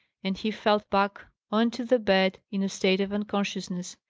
and he fell back on to the bed in a state of unconsciousness.